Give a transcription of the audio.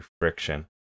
friction